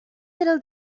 little